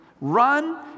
run